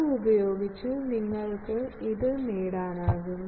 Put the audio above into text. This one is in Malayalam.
അത് ഉപയോഗിച്ച് നിങ്ങൾക്ക് ഇത് നേടാനാകും